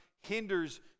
hinders